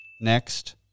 Next